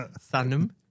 Sanum